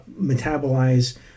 metabolize